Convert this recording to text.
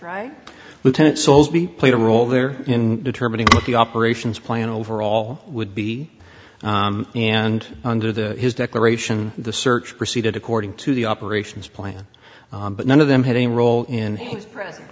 right lieutenant soulsby played a role there in determining what the operations plan overall would be and under the his declaration the search proceeded according to the operations plan but none of them had any role in